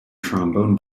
trombone